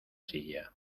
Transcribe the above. silla